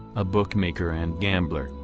a bookmaker and gambler,